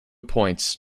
points